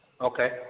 Okay